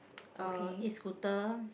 uh escooter